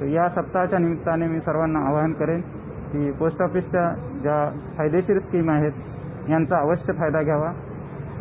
तर या सप्ताहा निमित्ताने मी सर्वांना आवाहन करेल की पोस्ट ऑफिसच्या ज्या फायदेशीर स्किम आहेत यांचा अवश्य फायदा घ्यावा